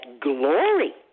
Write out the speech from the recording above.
glory